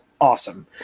awesome